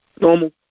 Normal